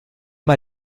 mal